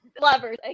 lovers